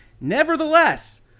Nevertheless